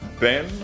ben